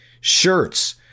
shirts